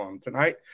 tonight